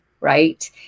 right